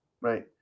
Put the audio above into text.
right